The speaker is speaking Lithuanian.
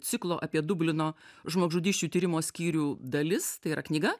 ciklo apie dublino žmogžudysčių tyrimo skyrių dalis tai yra knyga